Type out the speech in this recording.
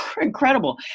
incredible